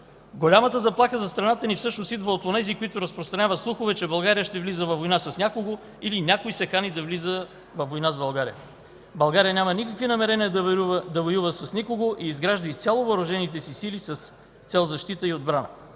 Голямата заплаха за страната ни всъщност идва от онези, които разпространяват слухове, че България ще влиза във война с някого, или някой се кани да влиза във война с България. България няма никакви намерения да воюва с никого и изгражда изцяло въоръжените си сили с цел защита и отбрана.